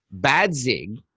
Badzig